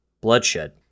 Bloodshed